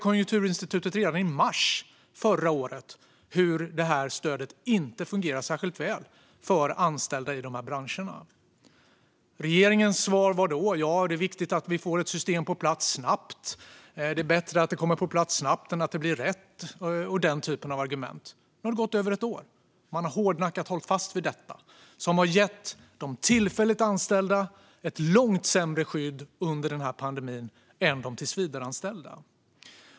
Konjunkturinstitutet påpekade redan i mars förra året att det här stödet inte fungerade särskilt väl för anställda i de här branscherna. Regeringens svar var då att det är viktigt att vi får ett system på plats snabbt, att det är bättre att det kommer på plats snabbt än att det blir rätt och den typen av argument. Nu har det gått över ett år, och regeringen har hårdnackat hållit fast vid detta. Man har i och med det gett de tillfälligt anställda ett långt sämre skydd under pandemin än de tillsvidareanställda.